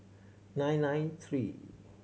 nine nine three